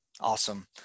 Awesome